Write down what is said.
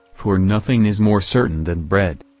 for nothing is more certain than bread.